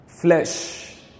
Flesh